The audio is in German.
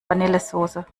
vanillesoße